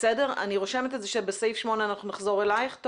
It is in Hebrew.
אני רושמת שבסעיף 8 אנחנו נחזור אליך,